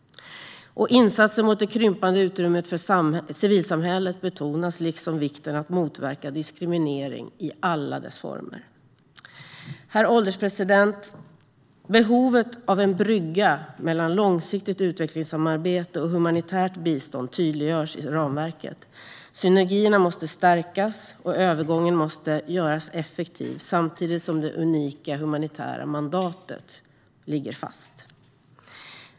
Insatser mot det krympande utrymmet för civilsamhället betonas liksom vikten av att motverka diskriminering i alla dess former. Herr ålderspresident! Behovet av en brygga mellan långsiktigt utvecklingssamarbete och humanitärt bistånd tydliggörs i ramverket. Synergierna måste stärkas och övergången måste göras effektiv samtidigt som det unika humanitära mandatet ligger fast.